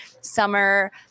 summer